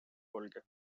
ольге